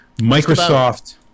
Microsoft